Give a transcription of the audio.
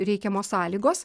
reikiamos sąlygos